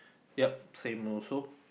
yeap same also